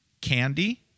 candy